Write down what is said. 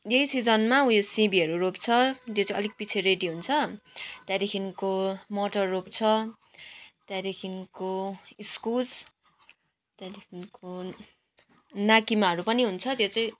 यही सिजनमा ऊ यो सिमीहरू रोप्छ त्यो चाहिँ अलिक पछि रेडी हुन्छ त्यहाँदेखिन्को मटर रोप्छ त्यहाँदेखिन्को इस्कुस त्यहाँदेखिन्को नाकिमाहरू पनि हुन्छ त्यो चाहिँ